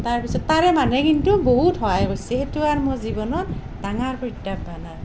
তাৰপিছত তাৰে মানুহে কিন্তু বহুত সহায় কচ্ছি সেইটো আৰু মোৰ জীৱনত ডাঙৰ প্ৰত্যাহ্বান আৰু